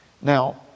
Now